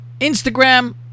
Instagram